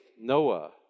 Noah